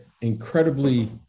incredibly